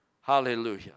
Hallelujah